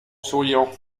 souriant